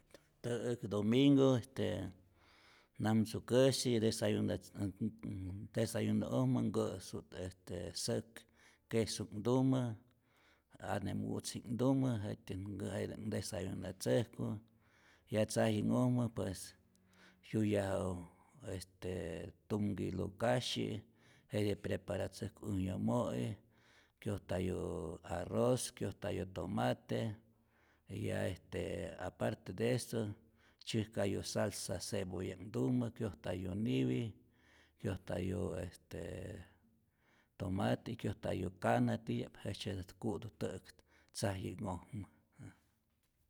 Tä'äk domingu este namtzukäsi desayuna desayuno'ojmä nkä'su't säk quesuji'knhtumä, ane mutziji'knhtumä jetyät jeität ndesayunatzäjku, ya tzaji'nhojmä pues jyuyaju este tum nkilu kasyi jete preparatzäjku äj yomo'i, kyojtayu arroz, kyojtayu tomate, y ya este aparte de eso, tzyäjkayu salsa cebollaji'knhtumä, kyojtayu niwi, kyojtayu este tomate, kyojtayu kana titya'p, jejtzyetät ku'tu tä'äk tzaji'nhojmä